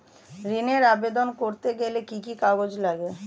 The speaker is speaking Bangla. ঋণের আবেদন করতে গেলে কি কি কাগজ লাগে?